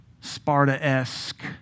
Sparta-esque